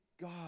God